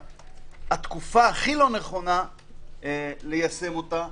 התקופה הכי לא נכונה ליישם אותה,